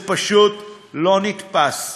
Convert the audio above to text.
זה פשוט לא נתפס.